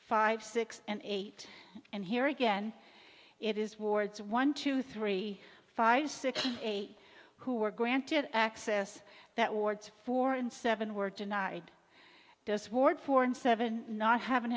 five six and eight and here again it is wards one two three five six eight who were granted access that wards four and seven were denied does ward four and seven not have an